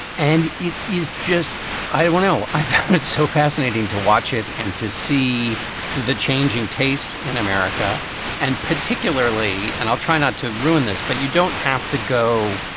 and it is just i don't know. i found it so fascinating to watch it and to see the changing tastes in america and particularly and i'll try not to ruin this, but you don't have to go.